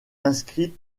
inscrites